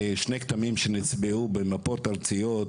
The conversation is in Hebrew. שנים.